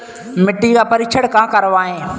मिट्टी का परीक्षण कहाँ करवाएँ?